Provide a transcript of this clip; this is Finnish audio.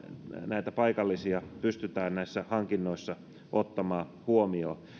näitä paikallisia pystytään hankinnoissa ottamaan huomioon